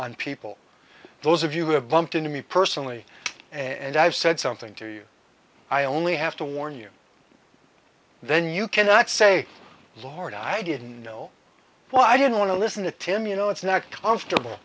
on people those of you who have bumped into me personally and i've said something to you i only have to warn you then you cannot say lord i didn't know why i didn't want to listen to tim you know it's not comfortable